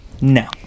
No